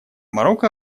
марокко